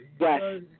Yes